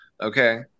Okay